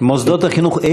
אילו מוסדות חינוך?